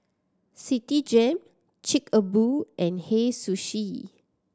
Citigem Chic a Boo and Hei Sushi